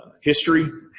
history